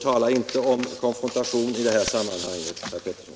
Tala inte om konfrontation i det här sammanhanget, herr Pettersson!